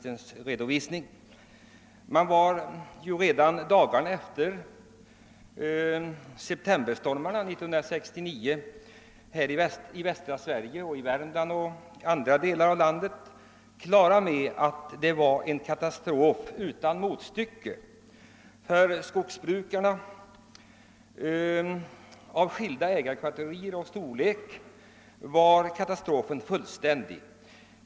Redan dagarna efter septemberstormarna 1969 i västra Sverige, Värmland och andra delar av landet, var man på det klara med att det rörde sig om en katastrof utan motstycke. För skogsbrukare av skilda kategorier var katastrofen fullständig.